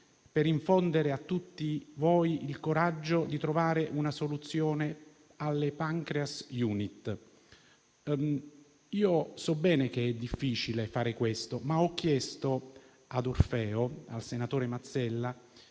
per infondere a tutti voi il coraggio di trovare una soluzione alle Pancreas *unit*. Io so bene che è difficile fare questo, ma ho chiesto ad Orfeo, al senatore Mazzella,